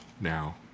now